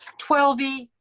twelve e